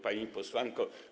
Pani Posłanko!